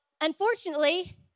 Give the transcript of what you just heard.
unfortunately